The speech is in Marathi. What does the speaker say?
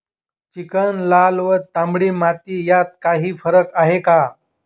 चिकण, लाल व तांबडी माती यात काही फरक आहे का?